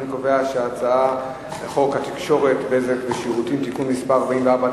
אני קובע שהצעת חוק התקשורת (בזק ושידורים) (תיקון מס' 44),